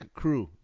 crew